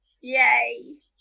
Yay